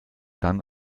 dann